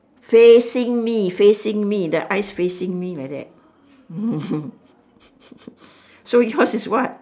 facing me facing me the eyes facing me like that so yours is what